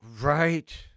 Right